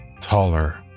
taller